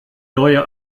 neue